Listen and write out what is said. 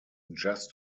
just